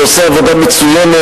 שעושה עבודה מצוינת,